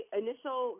initial